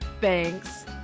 Thanks